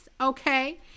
Okay